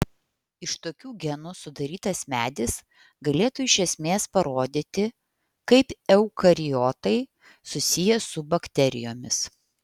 iš tokių genų sudarytas medis galėtų iš esmės parodyti kaip eukariotai susiję su bakterijomis